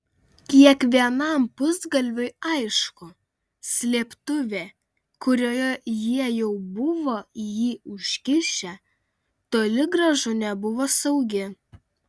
kiekvienam pusgalviui aišku slėptuvė kurioje jie jau buvo jį užkišę toli gražu nebuvo saugi